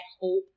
hope